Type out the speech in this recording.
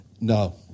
No